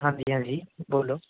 ਹਾਂਜੀ ਹਾਂਜੀ ਬੋਲੋ